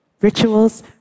Rituals